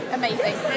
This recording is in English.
amazing